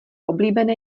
oblíbené